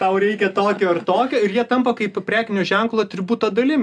tau reikia tokio ar tokio ir jie tampa kaip prekinio ženklo atributo dalim